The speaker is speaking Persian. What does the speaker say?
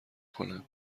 کنن